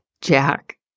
Jack